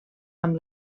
amb